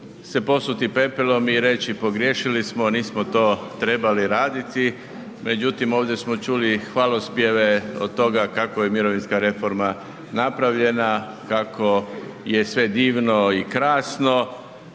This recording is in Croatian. se posuti pepelom i reći, pogriješili smo nismo to trebali raditi. Međutim, ovdje smo čuli hvalospjeve od toga kako je mirovinska reforma napravljena, kako je sve divno i krasno.